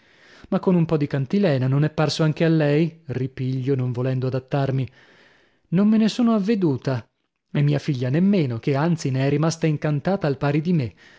ma con un po di cantilena non è parso anche a lei ripiglio non volendo adattarmi non me ne sono avveduta e mia figlia nemmeno che anzi ne è rimasta incantata al pari di me